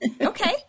Okay